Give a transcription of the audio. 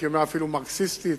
הייתי אומר שאפילו מרקסיסטית,